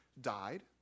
died